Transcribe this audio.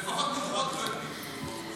אבל מדורות היא לא הדליקה,